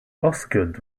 osgood